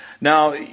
Now